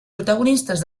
protagonistes